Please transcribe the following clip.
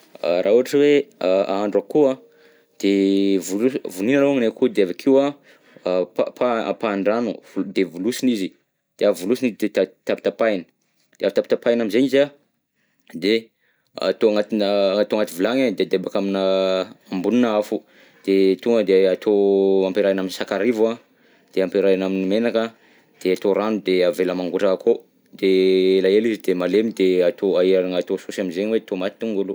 Raha ohatra hoe ahandro akoho an, de volo- vonoina aloha ny akoho, de apa- apahindrano, volo- de volosina izy, de avy volosina izy de ta- tapatapahina, de avy tapitapahina amizay izy an de atao agnatina, atao agnaty vilagny an de adebaka aminà ambonina afo, de tonga de atao, ampiarahina amin'ny sakarivo an, de ampiarahina amin'ny menaka an, de atao rano de avela mangotraka akao de elaela izy de malemy de atao aherina atao sauce am'zegny hoe tomate tongolo.